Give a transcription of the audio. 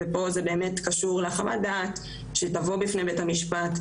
ופה זה באמת קשור לחוות דעת שתבוא בפני בית המשפט,